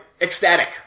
ecstatic